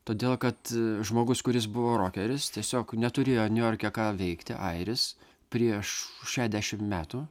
todėl kad žmogus kuris buvo rokeris tiesiog neturėjo niujorke ką veikti airis prieš šešdešimt metų